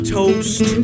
toast